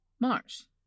Mars